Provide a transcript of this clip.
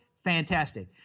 Fantastic